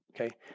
Okay